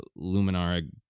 Luminara